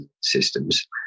systems